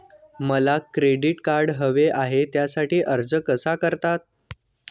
मला credit card हवे आहे त्यासाठी अर्ज कसा करतात?